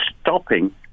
stopping